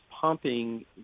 pumping